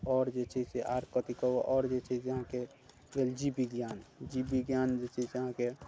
आओर जे छै से आओर कथी कहब आओर जे छै से अहाँके भेल जीव विज्ञान जीव विज्ञान जे छै से अहाँके